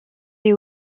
fait